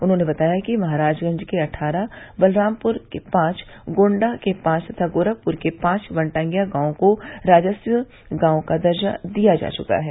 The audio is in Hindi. उन्होंने बताया कि महराजगंज के अट्ठारह बलरामपुर पांच गोण्डा पांच तथा गोरखपुर के पांच वनटांगियां गांवों को राजस्व गांव का दर्जा दिया जा चुका है